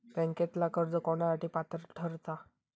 बँकेतला कर्ज कोणासाठी पात्र ठरता?